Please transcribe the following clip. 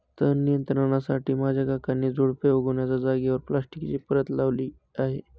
तण नियंत्रणासाठी माझ्या काकांनी झुडुपे उगण्याच्या जागेवर प्लास्टिकची परत लावली आहे